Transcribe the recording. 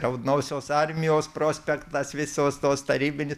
raudonosios armijos prospektas visos tos tarybinės